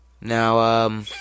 Now